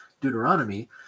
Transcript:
Deuteronomy